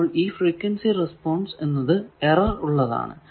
അപ്പോൾ ഈ frequency response എന്നത് എറർ ഉള്ളതാണ്